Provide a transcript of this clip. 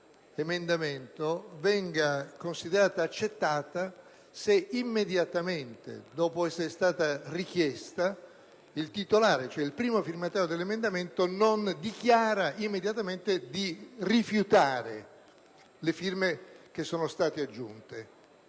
emendamento venga considerata accettata se, immediatamente dopo essere stata avanzata, il primo firmatario dell'emendamento non dichiara immediatamente di rifiutare le firme che si propone di aggiungere.